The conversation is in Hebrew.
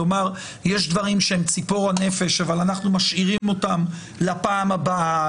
לומר שיש דברים שהם ציפור הנפש אבל אנחנו משאירים אותם לפעם הבאה,